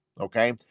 Okay